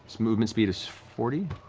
movement speed is forty?